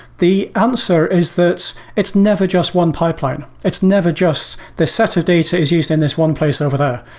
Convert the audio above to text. the answer is that it's it's never just one pipeline. it's never just the set of data is used in this one place over there.